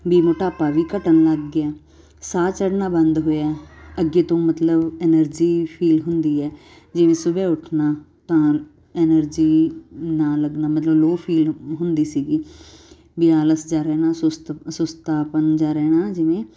ਵੀ ਮੋਟਾਪਾ ਵੀ ਘਟਣ ਲੱਗ ਗਿਆ ਸਾਹ ਚੜ੍ਹਨਾ ਬੰਦ ਹੋਇਆ ਅੱਗੇ ਤੋਂ ਮਤਲਬ ਐਨਰਜੀ ਫੀਲ ਹੁੰਦੀ ਹੈ ਜਿਵੇਂ ਸੁਬਹੇ ਉੱਠਣਾ ਤਾਂ ਐਨਰਜੀ ਨਾ ਲੱਗਣਾ ਮਤਲਬ ਲੋਅ ਫੀਲ ਹੁੰਦੀ ਸੀਗੀ ਵੀ ਆਲਸ ਜਿਹਾ ਰਹਿਣਾ ਸੁਸਤ ਸੁਸਤਾਪਣ ਜਿਹਾ ਰਹਿਣਾ ਜਿਵੇਂ